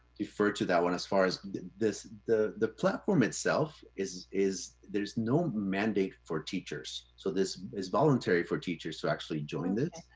defer to that one, as far as the the platform itself is is there's no mandate for teachers. so this is voluntary for teachers who actually joined it.